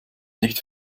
nicht